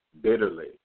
bitterly